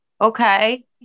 okay